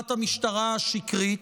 בהודעת המשטרה השקרית,